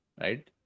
right